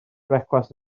brecwast